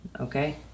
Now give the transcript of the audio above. Okay